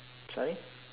sorry